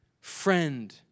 friend